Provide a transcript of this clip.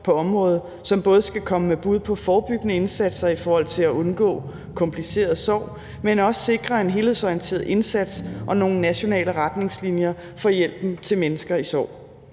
på området, som både skal komme med bud på forebyggende indsatser i forhold til at undgå kompliceret sorg, men også sikre en helhedsorienteret indsats og nogle nationale retningslinjer for hjælpen til mennesker i sorg.